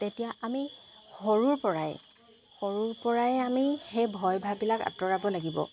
তেতিয়া আমি সৰুৰপৰাই সৰুৰপৰাই আমি সেই ভয় ভাববিলাক আঁতৰাব লাগিব